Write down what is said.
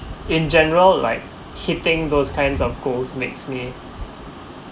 in general like hitting those kinds of goals makes me